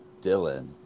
Dylan